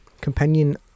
companion